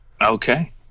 Okay